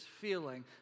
feeling